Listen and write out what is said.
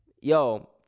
yo